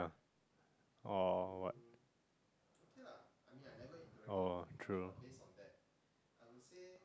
or what oh true